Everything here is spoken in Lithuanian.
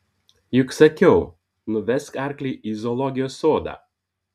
juk sakiau nuvesk arklį į zoologijos sodą